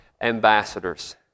ambassadors